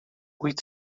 wyt